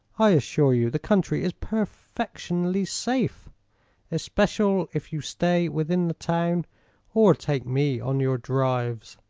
i assure you the country is perfectionly safe especial if you stay within the town or take me on your drives.